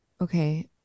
Okay